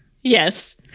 Yes